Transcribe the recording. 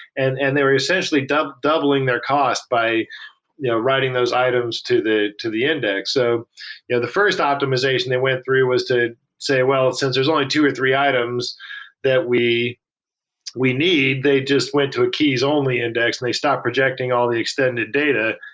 and and they were essentially doubling doubling their cost by you know writing those items to the to the index. so yeah the first optimization they went through was to say, well, since there's only two or three items that we we need, they just went to a keys-only index and they stopped projecting all the extended data,